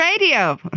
Radio